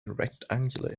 rectangular